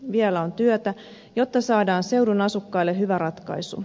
vielä on työtä jotta saadaan seudun asukkaille hyvä ratkaisu